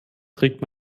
trägt